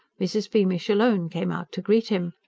mrs. beamish alone came out to greet him.